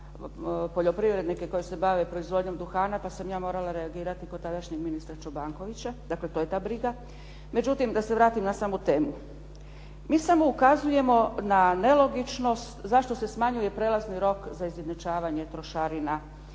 poljoprivrednike koji se bave proizvodnjom duhana pa sam ja morala reagirati kod tadašnjeg ministra Čobankovića, dakle to je ta briga. Međutim, da se vratim na samu temu. Mi samo ukazujemo na nelogičnost zašto se smanjuje prelazni rok za izjednačavanje trošarina